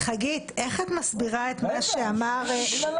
איך את מסבירה את מה שאמר --- רגע,